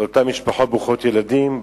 לאותן משפחות ברוכות ילדים,